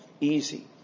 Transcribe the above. easy